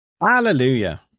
Hallelujah